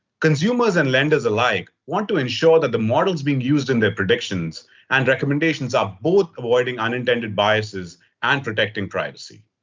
consumers and lenders alike want to ensure that the models being used in their predictions and recommendations are both avoiding unintended biases and protecting privacy.